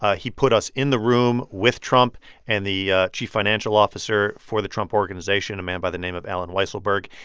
ah he put us in the room with trump and the chief financial officer for the trump organization, a man by the name of allen weisselberg,